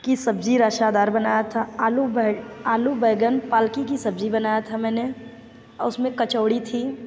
की सब्ज़ी रेशादार बनाया था आलू बै आलू बैगन पालक की सब्ज़ी बनाया था मैंने और उसमें कचोरी थी